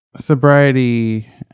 sobriety